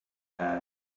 hat